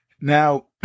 Now